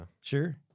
Sure